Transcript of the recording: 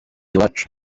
iwacu